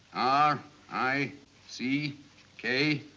r i c k,